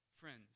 Friends